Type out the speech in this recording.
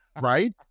right